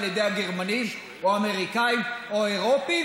ידי הגרמנים או האמריקאים או האירופים,